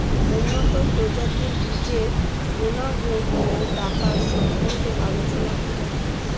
উন্নত প্রজাতির বীজের গুণাগুণ ও টাকার সম্বন্ধে আলোচনা করুন